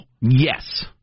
Yes